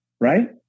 right